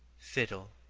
fiddle,